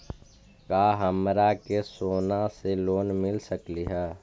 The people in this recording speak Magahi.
का हमरा के सोना से लोन मिल सकली हे?